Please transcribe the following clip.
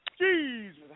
Jesus